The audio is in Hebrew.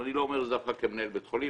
ואני לא אומר את זה דווקא כמנהל בית חולים,